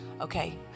Okay